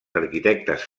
arquitectes